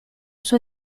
sua